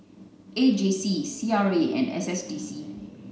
A J C C R A and S S D C